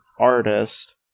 artist